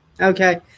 Okay